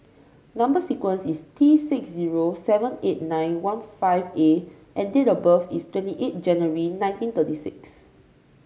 number sequence is T six zero seven eight nine one five A and date of birth is twenty eight January nineteen thirty six